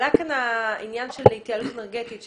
עלה כאן העניין של התייעלות אנרגטית.